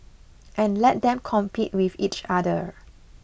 and let them compete with each other